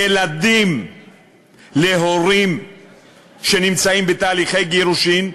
ילדים להורים שנמצאים בתהליכי גירושין,